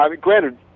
Granted